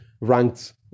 ranked